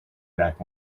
back